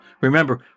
remember